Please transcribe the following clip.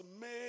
made